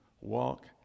walk